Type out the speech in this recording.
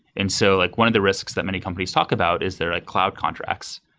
and so like one of the risks that many companies talk about is they're like cloud contracts.